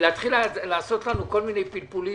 ולהתחיל לעשות לנו כל מיני פלפולי